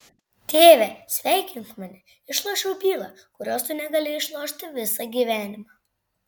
tėve sveikink mane išlošiau bylą kurios tu negalėjai išlošti visą gyvenimą